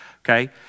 okay